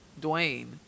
Dwayne